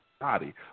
body